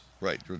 Right